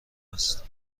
هست